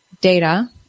data